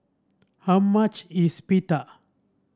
how much is Pita